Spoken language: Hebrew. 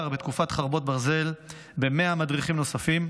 בתקופת חרבות ברזל ב-100 מדריכים נוספים,